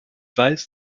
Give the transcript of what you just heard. weiß